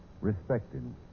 Respected